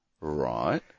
Right